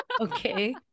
Okay